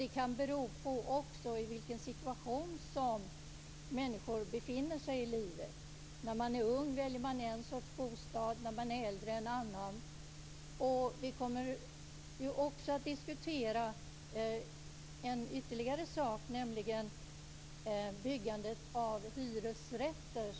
Det kan handla om vilken situation i livet som de befinner sig i. När man är ung väljer man en sorts bostad, när man är äldre en annan. Vi kommer också att diskutera ytterligare en sak, nämligen byggandet av hyresrätter.